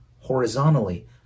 horizontally